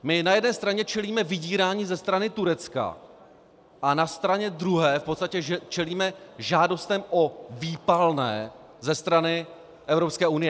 My na jedné straně čelíme vydírání ze strany Turecka a na straně druhé v podstatě čelíme žádostem o výpalné ze strany Evropské unie.